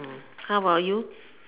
how about you